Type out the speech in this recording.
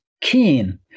keen